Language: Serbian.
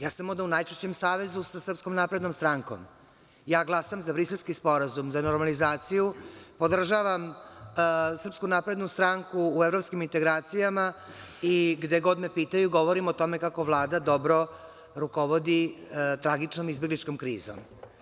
Ja sam onda u najčešćem savezu sa Srpskom naprednom strankom – glasam za Briselski sporazum, za normalizaciju, podržavam Srspku naprednu stranku u evropskim integracijama i, gde god me pitaju, govorim o tome kako Vlada dobro rukovodi tragičnom izbegličkom krizom.